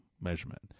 measurement